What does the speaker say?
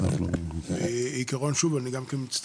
אני מצטרף,